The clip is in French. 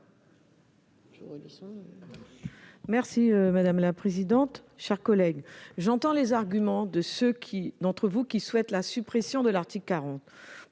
sur l'article. Mes chers collègues, j'entends les arguments de ceux qui d'entre vous qui souhaitent la suppression de l'article 40.